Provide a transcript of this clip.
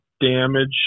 damage